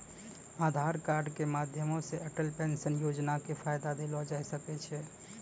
आधार कार्ड के माध्यमो से अटल पेंशन योजना के फायदा लेलो जाय सकै छै